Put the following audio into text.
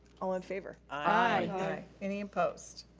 ah in favor? aye. any opposed?